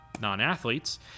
Non-athletes